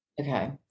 Okay